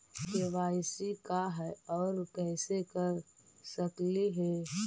KYC का है, और कैसे कर सकली हे?